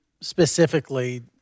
specifically